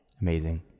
amazing